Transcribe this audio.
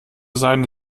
seine